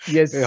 Yes